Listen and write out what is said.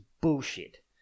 bullshit